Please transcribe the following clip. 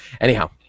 anyhow